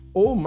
ou